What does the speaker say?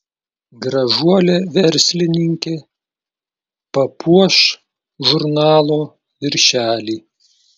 gražuolė verslininkė papuoš žurnalo viršelį